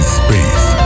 space